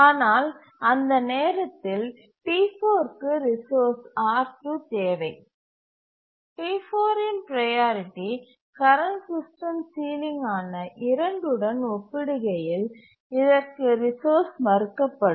ஆனால் அந்த நேரத்தில் T4 க்கு ரிசோர்ஸ் R2 தேவை T4 இன் ப்ரையாரிட்டி கரண்ட் சிஸ்டம் சீலிங் ஆன 2 உடன் ஒப்பிடுகையில் இதற்கு ரிசோர்ஸ் மறுக்கப்படும்